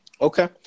Okay